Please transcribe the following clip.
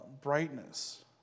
brightness